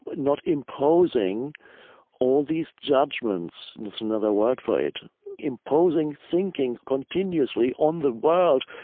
but not imposing all these judgments. that's another word for it imposing thinking continuously on the world,